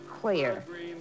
clear